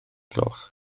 gloch